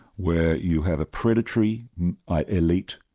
where you have a predatory elite,